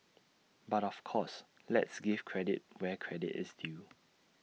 but of course let's give credit where credit is due